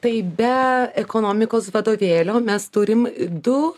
tai be ekonomikos vadovėlio mes turim du